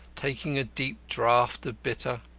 taking a deep draught of bitter.